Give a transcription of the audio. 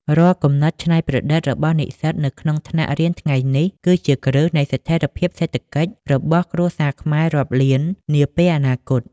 រាល់គំនិតច្នៃប្រឌិតរបស់និស្សិតនៅក្នុងថ្នាក់រៀនថ្ងៃនេះ គឺជាគ្រឹះនៃស្ថិរភាពសេដ្ឋកិច្ចរបស់គ្រួសារខ្មែររាប់លាននាពេលអនាគត។